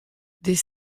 des